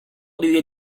delle